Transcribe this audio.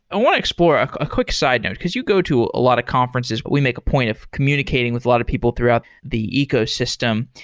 i want to explore a a quick side note. because you go to a lot of conferences, but we make a point of communicating with a lot of people throughout the ecosystem.